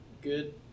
good